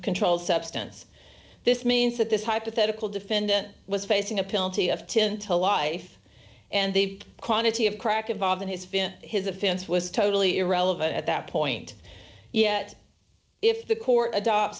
controlled substance this means that this hypothetical defendant was facing a pill to often to life and they've quantity of crack involved in his fin his offense was totally irrelevant at that point yet if the court adopts